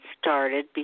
started